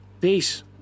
Peace